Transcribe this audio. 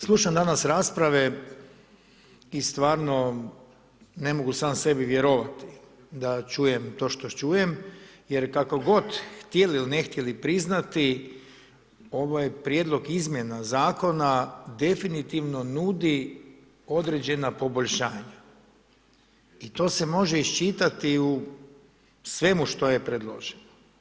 Slušam danas rasprave i stvarno ne mogu sam sebi vjerovati da čujem to što čujem jer kako god htjeli ili ne htjeli priznati, ovaj prijedlog izmjena zakona definitivno nudi određena poboljšanja i to se može iščitati u svemu što je predloženo.